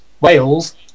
Wales